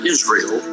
Israel